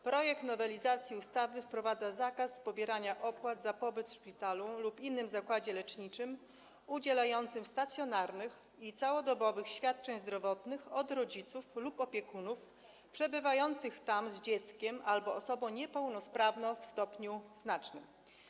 Projekt nowelizacji ustawy wprowadza zakaz pobierania opłat za pobyt w szpitalu lub innym zakładzie leczniczym udzielającym stacjonarnych i całodobowych świadczeń zdrowotnych od rodziców lub opiekunów przebywających tam z dzieckiem albo osobą niepełnosprawną w stopniu znacznym.